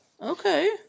Okay